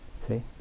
see